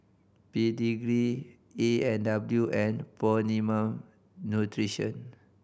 Pedigree A and W and Optimum Nutrition